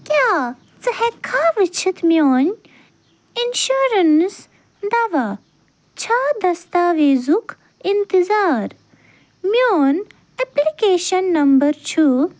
کیٛاہ ژٕ ہیٚکہِ کھا وُچھِتھ میٛٲنۍ اِنشوریٚنٕس دوا چھا دستاویزُک اِنتظار میٛون ایٚپلکیشن نمبر چھُ